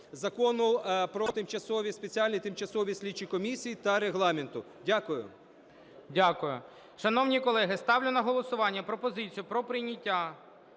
тимчасові, спеціальні тимчасові слідчі комісії та Регламенту. Дякую. ГОЛОВУЮЧИЙ. Дякую. Шановні колеги, ставлю на голосування пропозицію про прийняття